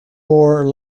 more